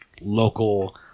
local